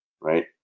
right